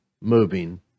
moving